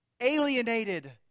alienated